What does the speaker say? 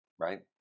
right